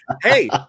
Hey